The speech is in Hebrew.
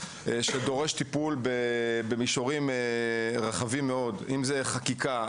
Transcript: שדורש טיפול במישורים רחבים מאוד: חקיקה,